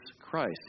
Christ